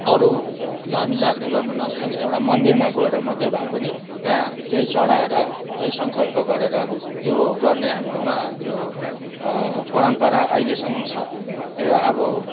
अरू धामी झाँक्री गर्नु नसके पनि एउटा मन्दिरमा गएएर मात्रै भए पनि त्यहाँ केही चडाएर केही सङ्कल्प गरेर त्यो गर्ने हाम्रोमा त्यो परम्परा अहिलेसम्म छ त्यो अब